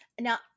now